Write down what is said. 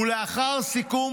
ולאחר סיכום